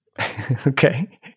Okay